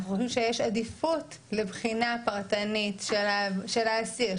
אנחנו חושבים שיש עדיפות לבחינה פרטנית של האסיר,